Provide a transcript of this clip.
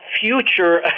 future